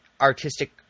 artistic